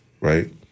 right